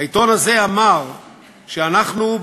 העיתון הזה אמר שאנחנו,